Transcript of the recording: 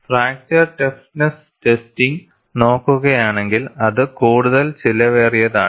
fracture toughness testing നോക്കുകയാണെങ്കിൽ അത് കൂടുതൽ ചെലവേറിയതാണ്